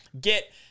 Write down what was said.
get